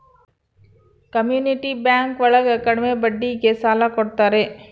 community bank ಒಳಗ ಕಡ್ಮೆ ಬಡ್ಡಿಗೆ ಸಾಲ ಕೊಡ್ತಾರೆ